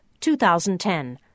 2010